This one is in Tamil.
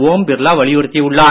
ஒம் பிர்லா வலியுறுத்தி உள்ளார்